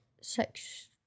six